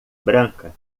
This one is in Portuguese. branca